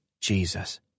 Jesus